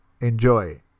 enjoy